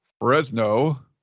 Fresno